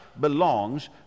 belongs